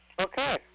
Okay